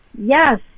yes